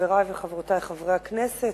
חברי וחברותי חברי הכנסת,